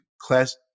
class